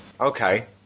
Okay